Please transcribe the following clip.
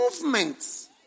movements